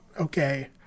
okay